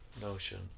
notion